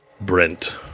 Brent